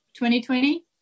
2020